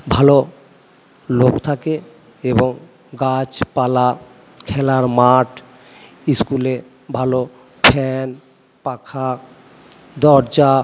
ভালো লোক থাকে এবং গাছপালা খেলার মাঠ স্কুলে ভালো ফ্যান পাখা দরজা